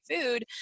food